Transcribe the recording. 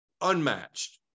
unmatched